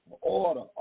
order